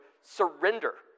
surrender